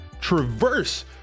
traverse